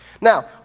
Now